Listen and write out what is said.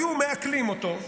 היו מעקלים אותו,